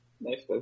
Nice